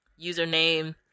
username